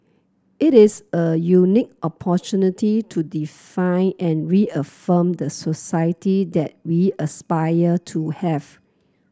it is a unique opportunity to define and reaffirm the society that we aspire to have